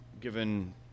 given